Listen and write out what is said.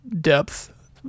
depth